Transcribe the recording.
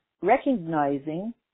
recognizing